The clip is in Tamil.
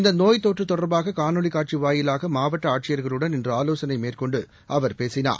இந்த நோய் தொற்று தொடர்பாக காணொலி காட்சி வாயிலாக மாவட்ட ஆட்சியர்களுடன் இன்று ஆலோசனை மேற்கொண்டு அவர் பேசினார்